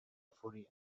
fourier